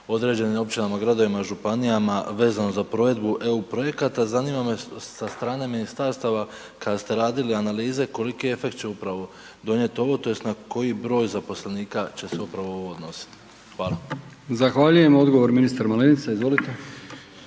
određenim općinama, gradovima županijama vezano za provedbu eu projekata. Zanima me sa strane ministarstava kada ste radili analize koliki efekt će upravo donijeti ovo, tj. na koji broj zaposlenika će se upravo ovo odnositi? Hvala. **Brkić, Milijan (HDZ)** Zahvaljujem. Odgovor ministar Malenica. Izvolite.